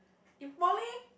in poly